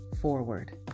forward